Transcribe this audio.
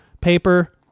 paper